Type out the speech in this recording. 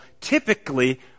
typically